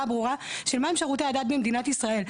ברורה של מהם שירותי הדת במדינת ישראל?